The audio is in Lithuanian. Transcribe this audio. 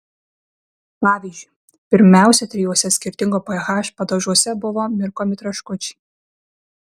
pavyzdžiui pirmiausia trijuose skirtingo ph padažuose buvo mirkomi traškučiai